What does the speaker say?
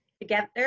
Together